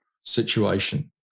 situation